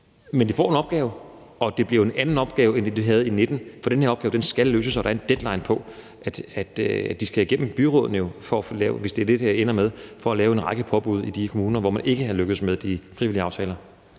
Men de får en opgave, og det bliver en anden opgave end den, de havde i 2019, for den her opgave skal løses, og der er en deadline på. De skal jo igennem byrådene, hvis det er det, det her ender med, for at lave en række påbud i de kommuner, hvor man ikke er lykkedes med de frivillige aftaler.